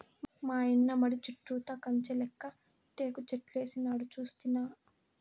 మాయన్న మడి చుట్టూతా కంచెలెక్క టేకుచెట్లేసినాడు సూస్తినా